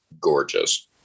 gorgeous